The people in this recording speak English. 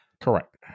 Correct